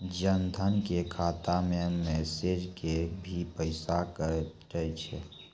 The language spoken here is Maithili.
जन धन के खाता मैं मैसेज के भी पैसा कतो छ?